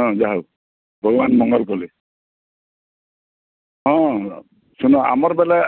ହଁ ଯାହା ହଉ ଭଗବାନ୍ ମଙ୍ଗଳ କଲେ ହଁ ଶୁନୋ ଆମର୍ ବୋଲେ